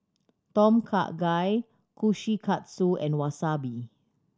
Tom Kha Gai Kushikatsu and Wasabi